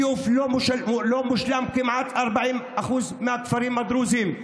הביוב לא מושלם ב-40% כמעט משטחי הכפרים הדרוזים.